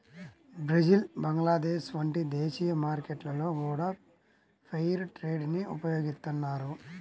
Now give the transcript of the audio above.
Brazil Bangladesh వంటి దేశీయ మార్కెట్లలో గూడా ఫెయిర్ ట్రేడ్ ని ఉపయోగిత్తన్నారు